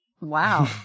Wow